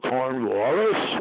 Cornwallis